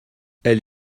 elle